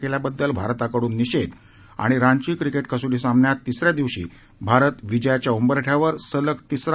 केल्याबद्दल भारताकडून निषेध रांची क्रिकेट कसोटी सामन्यात तिस या दिवशी भारत विजयाच्या उंबरठ्यावर सलग तिसरा